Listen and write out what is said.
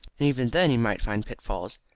and even then he might find pitfalls.